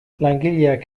langileak